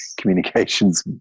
communications